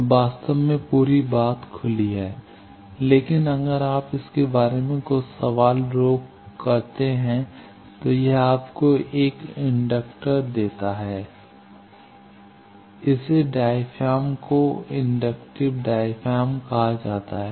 तो वास्तव में पूरी बात खुली थी लेकिन अगर आप इसके बारे में कुछ सवाल रोक करते हैं तो यह आपको एक इंडक्टर देता है इसे डायफ्राम को इंडक्टिव डायफ्राम कहा जाता है